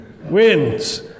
wins